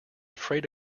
freight